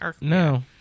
No